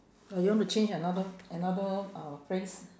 or you want to change another another uh phrase